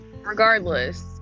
regardless